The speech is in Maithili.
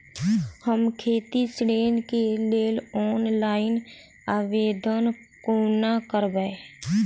हम खेती ऋण केँ लेल ऑनलाइन आवेदन कोना करबै?